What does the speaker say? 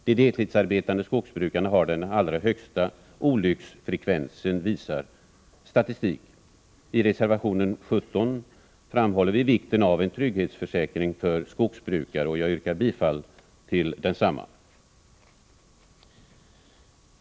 De deltidsarbetande skogsbrukarna har den allra högsta olycksfrekvensen, visar statistiken. I reservation 17 framhåller vi vikten av en trygghetsförsäkring för skogsbrukare, och jag yrkar bifall till densamma.